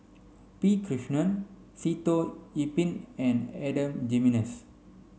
P Krishnan Sitoh Yih Pin and Adan Jimenez